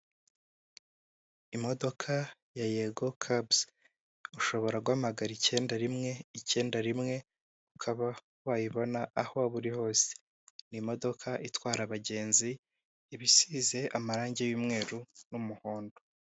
Imodoka ya yego kabuzi, ushobora guhamagara icyenda rimwe, icyenda rimwe, ukaba wayibona aho waba uri hose. Ni imodoka itwara abagenzi iba isize amarangi y'umweru n'umuhondo.